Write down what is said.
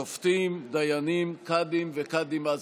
שופטים, דיינים, קאדים וקאדים מד'הב.